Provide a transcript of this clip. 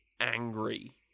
angry